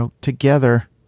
together